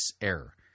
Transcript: error